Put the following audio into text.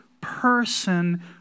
person